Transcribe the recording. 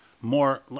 more